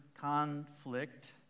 conflict